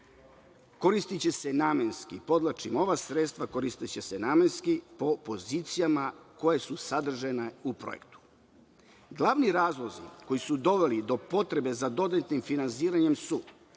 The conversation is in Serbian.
koristiće se namenski. Podvlačim, ova sredstva koristiće se namenski po pozicijama koje su sadržane u projektu. Glavni razlozi koji su doveli do potrebe za dodatnim finansiranje su